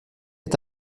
est